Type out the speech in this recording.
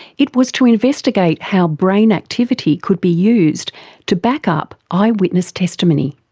it was to investigate how brain activity could be used to back-up eyewitness testimony.